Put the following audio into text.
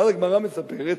ואז הגמרא מספרת,